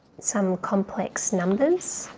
some complex numbers